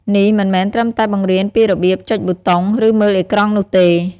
នេះមិនមែនត្រឹមតែបង្រៀនពីរបៀបចុចប៊ូតុង ឬមើលអេក្រង់នោះទេ។